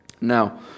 Now